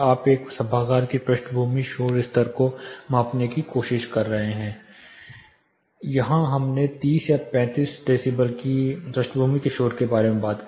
आप एक सभागार की पृष्ठभूमि शोर स्तर को मापने की कोशिश कर रहे हैं यहां हमने 30 या 35 डेसिबल की पृष्ठभूमि के शोर के बारे में बात की